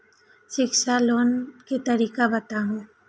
शिक्षा लोन के तरीका बताबू?